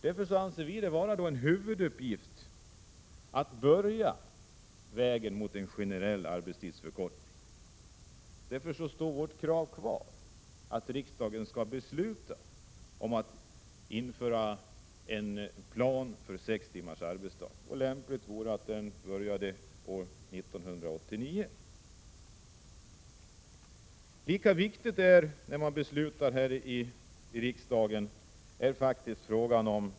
Därför anser vpk att en huvuduppgift är att börja gå vägen mot en generell arbetstidsförkortning, och därför står vårt krav kvar, dvs. att riksdagen skall besluta om utarbetandet av en plan för sex timmars arbetsdag, som lämpligen börjar gälla år 1989. Frågan om övertid är lika viktig när riksdagen skall fatta beslut.